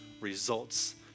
results